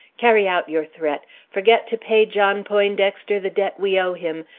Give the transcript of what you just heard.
carry out your threat forget to pay john poindexter the debt we owe him,